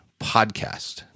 podcast